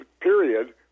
period